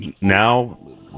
now